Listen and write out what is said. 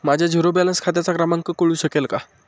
माझ्या zero balance खात्याचा क्रमांक कळू शकेल का?